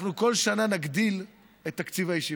אנחנו כל שנה נגדיל את תקציב הישיבות,